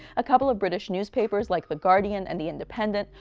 a couple of british newspapers like the guardian and the independent,